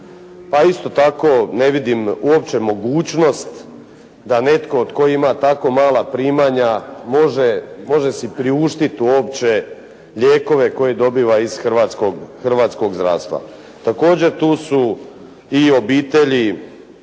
a isto tako ne vidim uopće mogućnost da netko tko ima tako mala primanja može si priuštiti uopće lijekove koje dobiva iz hrvatskog zdravstva. Također tu su i obitelji